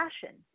passion